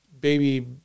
baby